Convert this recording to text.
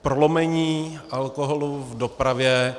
Prolomení alkoholu v dopravě.